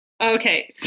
Okay